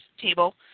table